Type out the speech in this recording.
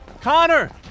Connor